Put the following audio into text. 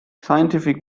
scientific